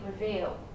reveal